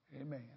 Amen